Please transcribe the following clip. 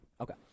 Okay